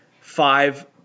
five